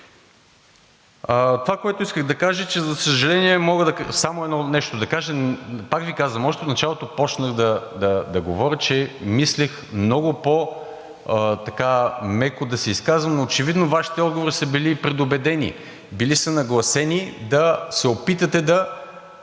Това, което исках да кажа, е, че за съжаление, мога само едно нещо да кажа, пак Ви казвам, още в началото почнах да говоря, че мислех много по-меко да се изказвам, но очевидно Вашите отговори са били предубедени. Били са нагласени да се опитате да